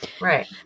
Right